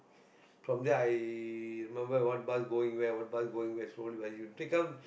from there I remember what bus going where what bus going where slowly as you take on